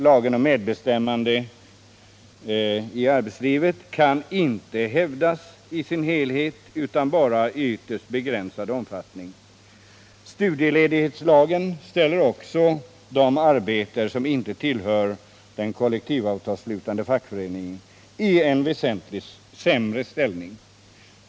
Lagen om medbestämmande i arbetslivet kan av den inte åberopas i sin helhet utan bara i ytterst begränsad omfattning. Studieledighetslagen ställer också de arbetare som inte tillhör kollektivavtalsslutande fackförening i en väsentligt sämre ställning.